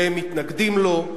והם מתנגדים לו.